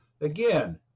Again